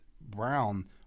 Brown